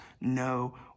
no